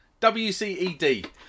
WCED